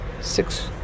six